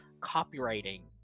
copywriting